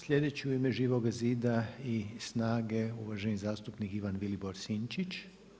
Sljedeći u ime Živoga zida i SNAGA-e uvaženi zastupnik Ivan Vilibor Sinčić.